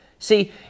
See